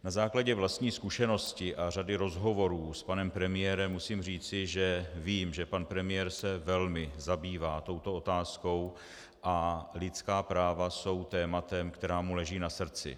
Na základě vlastní zkušenosti a řady rozhovorů s panem premiérem musím říci, že vím, že pan premiér se velmi zabývá touto otázkou a lidská práva jsou tématem, které mu leží na srdci.